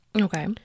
Okay